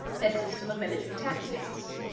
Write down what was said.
their system of military tactics,